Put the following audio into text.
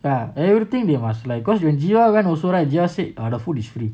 ya everything they must like cause you jiwal went also right jiwal said err the food is free